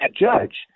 judge